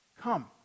come